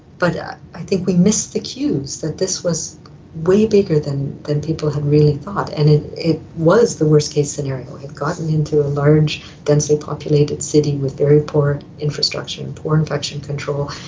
but i think we missed the cues, that this was a way bigger than than people had really thought, and it it was the worst case scenario. it had gotten into a large densely populated city with very poor infrastructure and poor infection control.